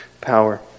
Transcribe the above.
power